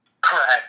Correct